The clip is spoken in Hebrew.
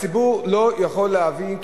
הציבור לא יכול להבין,